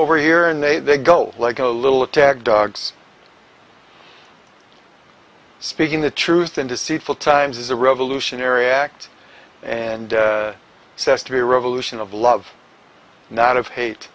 over here and they they go like a little attack dogs speaking the truth in deceitful times is a revolutionary act and says to be a revolution of love not of hate